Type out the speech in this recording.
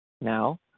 Now